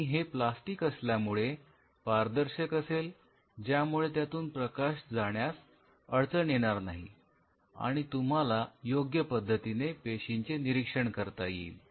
आणि हे प्लास्टिक असल्यामुळे पारदर्शक असेल ज्यामुळे त्यातून प्रकाश जाण्यास अडचण येणार नाही आणि तुम्हाला योग्य पद्धतीने पेशींचे निरीक्षण करता येईल